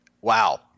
Wow